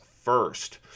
first